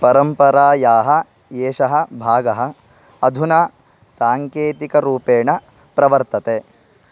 परम्परायाः एषः भागः अधुना साङ्केतिकरूपेण प्रवर्तते